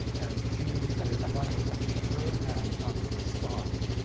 and she is running her hand up his thigh.